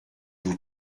vous